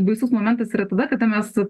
baisus momentas yra tada kada mes